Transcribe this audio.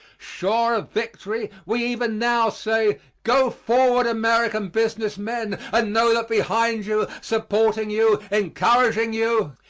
sure of victory, we even now say, go forward, american business men, and know that behind you, supporting you, encouraging you,